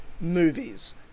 movies